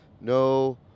No